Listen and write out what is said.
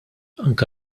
anke